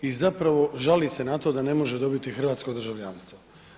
I zapravo žali se na to da ne može dobiti hrvatsko državljanstvo.